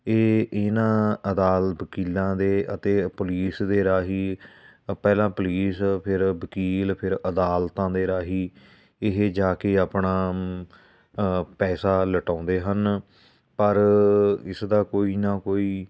ਇਹ ਇਹਨਾਂ ਅਦਾਲਤ ਵਕੀਲਾਂ ਦੇ ਅਤੇ ਪੁਲੀਸ ਦੇ ਰਾਹੀਂ ਪਹਿਲਾਂ ਪੁਲੀਸ ਫਿਰ ਵਕੀਲ ਫਿਰ ਅਦਾਲਤਾਂ ਦੇ ਰਾਹੀਂ ਇਹ ਜਾ ਕੇ ਆਪਣਾ ਪੈਸਾ ਲੁਟਾਉਂਦੇ ਹਨ ਪਰ ਇਸਦਾ ਕੋਈ ਨਾ ਕੋਈ